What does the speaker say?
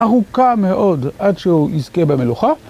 ארוכה מאוד עד שהוא יזכה במלוכה.